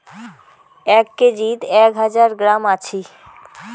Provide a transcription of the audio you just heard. এক কেজিত এক হাজার গ্রাম আছি